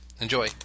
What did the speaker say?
Enjoy